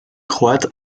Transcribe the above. croate